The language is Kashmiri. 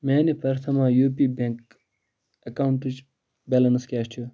میٛانہِ پرٛتھما یوٗ پی بیٚنٛک ایٚکاونٹٕچ بیلَنٕس کیٛاہ چھِ